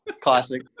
Classic